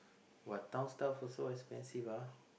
!wah! town stuff also expensive ah